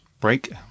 Break